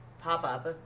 Pop-Up